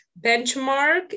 Benchmark